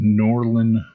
Norlin